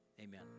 Amen